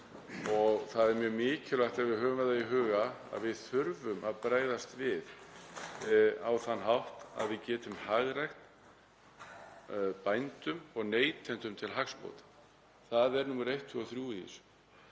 Það er mjög mikilvægt að við höfum það í huga að við þurfum að bregðast við á þann hátt að við getum hagrætt, bændum og neytendum til hagsbóta. Það er númer eitt, tvö og þrjú í þessu.